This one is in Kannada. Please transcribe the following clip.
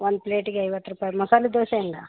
ಒಂದು ಪ್ಲೇಟಿಗೆ ಐವತ್ತು ರೂಪಾಯಿ ಮಸಾಲೆ ದೋಸೆ ಹೆಂಗೆ